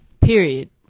Period